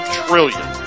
trillion